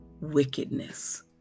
wickedness